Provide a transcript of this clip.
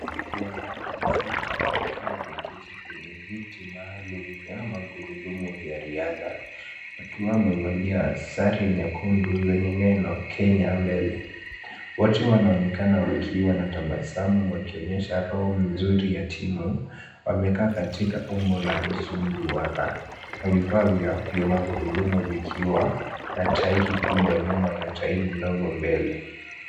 Wanawake sita wakiwa wameketi kwenye viti maalum vya magurudumu vya riadha wakiwa wamevalia sare nyekundu zenye neno kenya mbele. Wote wanaonekana wakiwa na tabasamu wakionyesha roho mzuri ya timu wamekaa katika umbo la nusu mduara na vifaa vya magurudumu vikiwa na tairi kubwa nyuma ya tairi ndogo mbele.